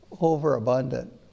overabundant